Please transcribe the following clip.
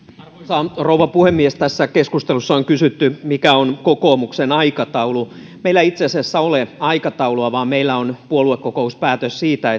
arvoisa rouva puhemies keskustelussa on kysytty mikä on kokoomuksen aikataulu meillä ei itse asiassa ole aikataulua vaan meillä on puoluekokouspäätös siitä